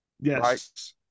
yes